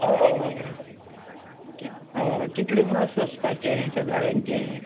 हय हय कितले म्हणो सोंसपाचें शेजाऱ्यांचें